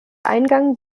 eingang